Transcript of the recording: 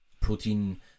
protein